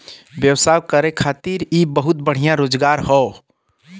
व्यवसाय करे खातिर इ बहुते बढ़िया रोजगार हौ